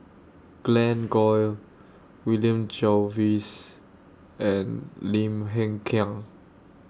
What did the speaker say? Glen Goei William Jervois and Lim Hng Kiang